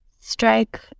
strike